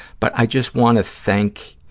but i just want to thank